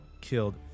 killed